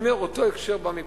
אני אומר, אותו הקשר בא מפה.